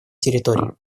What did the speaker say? территории